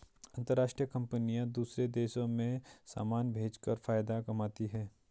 अंतरराष्ट्रीय कंपनियां दूसरे देशों में समान भेजकर फायदा कमाती हैं